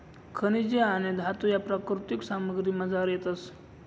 खनिजे आणि धातू ह्या प्राकृतिक सामग्रीमझार येतस